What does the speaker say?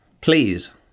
Please